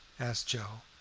asked joe.